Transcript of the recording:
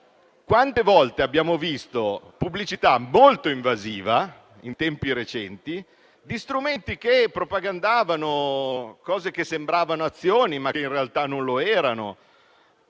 Quante volte abbiamo visto pubblicità molto invasive, in tempi recenti, di strumenti che propagandavano cose che sembravano azioni, ma che in realtà non lo erano?